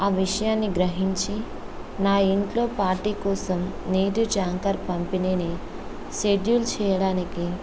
ఆ విషయాన్ని గ్రహించి నా ఇంట్లో పార్టీ కోసం నీటి ట్యాంకర్ పంపిణీని షెడ్యూల్ చేయడానికి